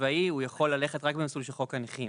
צבאי הוא יכול ללכת רק במסלול של חוק הנכים,